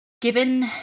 given